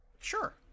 Sure